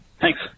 Thanks